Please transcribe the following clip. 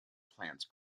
plants